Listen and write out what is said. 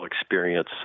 experience